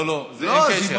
לא, לא, לא.